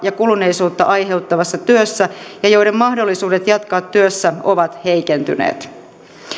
ja kuluneisuutta aiheuttavassa työssä ja joiden mahdollisuudet jatkaa työssä ovat heikentyneet